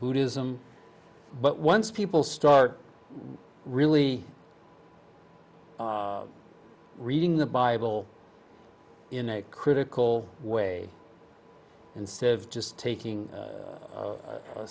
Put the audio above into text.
buddhism but once people start really reading the bible in a critical way instead of just taking a